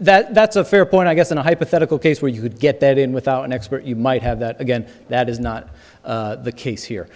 that that's a fair point i guess in a hypothetical case where you could get that in without an expert you might have that again that is not the case here